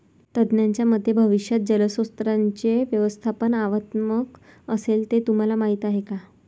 तज्ज्ञांच्या मते भविष्यात जलस्रोतांचे व्यवस्थापन आव्हानात्मक असेल, हे तुम्हाला माहीत आहे का?